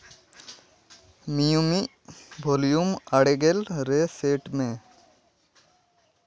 ᱢᱤᱭᱩᱢᱤᱠ ᱵᱷᱚᱞᱤᱭᱩᱢ ᱟᱨᱮ ᱜᱮᱞ ᱨᱮ ᱥᱮ ᱴ ᱢᱮ